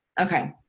Okay